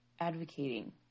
advocating